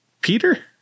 Peter